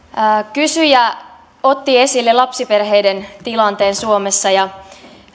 kysyjä otti esille lapsiperheiden tilanteen suomessa ja